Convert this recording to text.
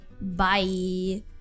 bye